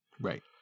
Right